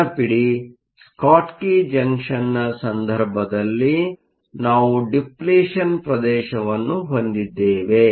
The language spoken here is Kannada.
ನೆನಪಿಡಿ ಸ್ಕಾಟ್ಕಿ ಜಂಕ್ಷನ್ನ ಸಂದರ್ಭದಲ್ಲಿ ನಾವು ಡಿಪ್ಲಿಷನ್ ಪ್ರದೇಶವನ್ನು ಹೊಂದಿದ್ದೇವೆ